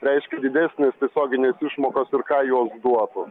reiškia didesnės tiesioginės išmokos ir ką jos duotų